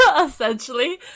essentially